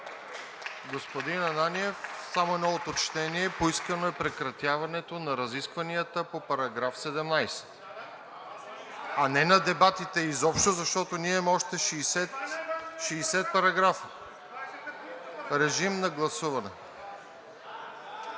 Господин Ананиев, само едно уточнение. Поискано е прекратяване на разискванията по § 17, а не на дебатите изобщо, защото ние имаме още 60 параграфа. (Шум и реплики.)